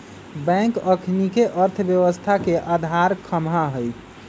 bank अखनिके अर्थव्यवस्था के अधार ख़म्हा हइ